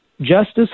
justice